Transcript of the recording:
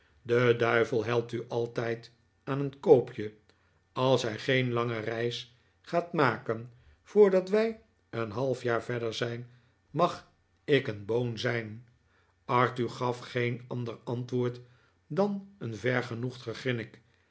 de duivel helpt u altijd aan een koopje als hij geen lange reis gaat maken voordat wij een halfjaar verder zijn mag ik een boon zijn arthur gaf geen ander antwoord dan een vergenosgd gegrinnik